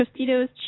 Tostitos